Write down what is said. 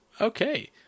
Okay